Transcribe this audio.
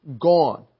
gone